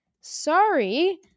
sorry